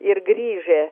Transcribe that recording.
ir grįžę